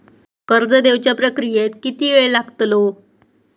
कर्ज देवच्या प्रक्रियेत किती येळ लागतलो?